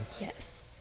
Yes